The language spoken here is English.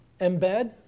embed